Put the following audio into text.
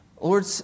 Lord